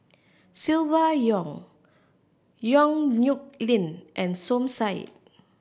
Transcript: Silvia Yong Yong Nyuk Lin and Som Said